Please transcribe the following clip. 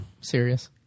Serious